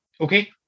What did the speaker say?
Okay